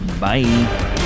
Bye